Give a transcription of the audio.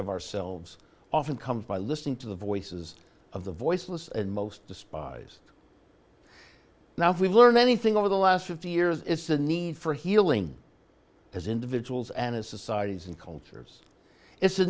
of ourselves often comes by listening to the voices of the voiceless and most despised now if we've learned anything over the last fifty years it's the need for healing as individuals and as societies and cultures it's a